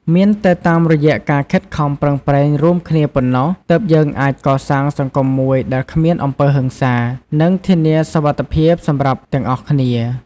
មានតែតាមរយៈការខិតខំប្រឹងប្រែងរួមគ្នាប៉ុណ្ណោះ ទើបយើងអាចកសាងសង្គមមួយដែលគ្មានអំពើហិង្សា និងធានាសុវត្ថិភាពសម្រាប់ទាំងអស់គ្នា។